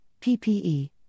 PPE